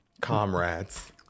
Comrades